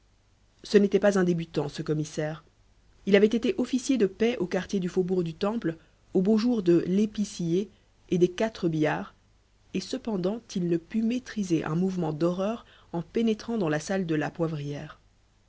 ce n'était pas un débutant ce commissaire il avait été officier de paix au quartier du faubourg du temple aux beaux jours de lépi scié et des quatre billards et cependant il ne put maîtriser un mouvement d'horreur en pénétrant dans la salle de la poivrière